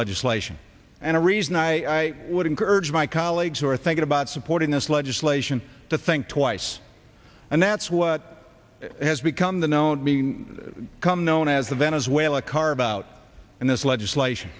legislation and a reason i would encourage my colleagues who are thinking about supporting this legislation to think twice and that's what has become the known come known as the venezuela car about and this legislation